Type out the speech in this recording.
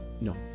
No